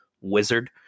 wizard